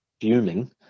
fuming